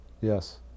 yes